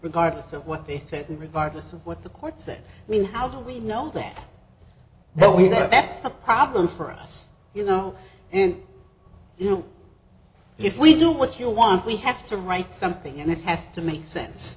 regardless of what they say regardless of what the court said i mean how do we know that that we that's a problem for us you know and you know if we do what you want we have to write something and it has to make sense